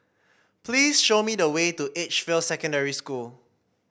please show me the way to Edgefield Secondary School